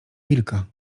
wilka